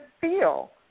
feel